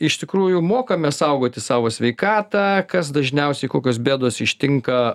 iš tikrųjų mokame saugoti savo sveikatą kas dažniausiai kokios bėdos ištinka